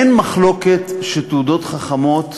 אין מחלוקת שתעודות חכמות